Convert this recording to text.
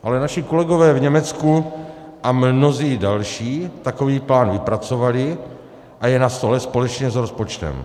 Ale naši kolegové v Německu a mnozí další takový plán vypracovali a je na stole společně s rozpočtem.